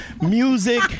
music